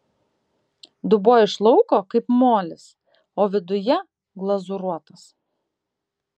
dubuo iš lauko kaip molis o viduje glazūruotas